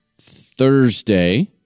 Thursday